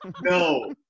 No